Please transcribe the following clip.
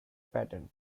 pattern